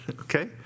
okay